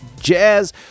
jazz